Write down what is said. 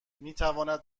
میتواند